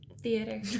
theater